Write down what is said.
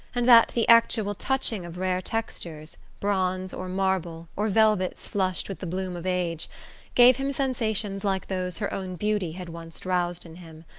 and that the actual touching of rare textures bronze or marble, or velvets flushed with the bloom of age gave him sensations like those her own beauty had once roused in him.